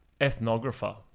Ethnographer